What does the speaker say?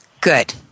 Good